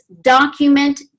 document